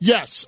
Yes